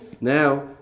now